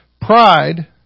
Pride